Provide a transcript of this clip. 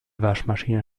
waschmaschine